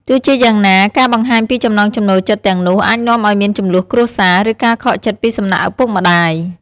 ទោះជាយ៉ាងណា ការបង្ហាញពីចំណង់ចំណូលចិត្តទាំងនោះអាចនាំឲ្យមានជម្លោះគ្រួសារ ឬការខកចិត្តពីសំណាក់ឪពុកម្ដាយ។